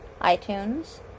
iTunes